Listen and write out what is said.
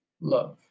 love